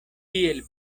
tiel